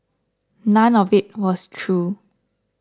none of it was true